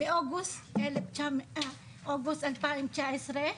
באוגוסט 2019,